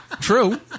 true